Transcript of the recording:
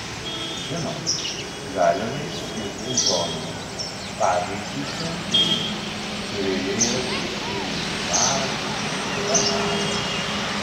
žinoma galima išskirti zonas pavyzdžiui centrinė kurioje yra pėsčiųjų bulvaras senamiestis